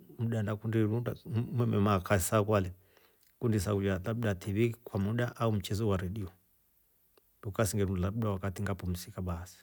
Mda ndakunda iruunda nlo- nlo ngemaa kasi sakwa le ngikundi isakuulia labda tiifi kwa muda au mchezo wa redio ukasi labda wakati ngapumsika baasi.